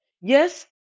Yes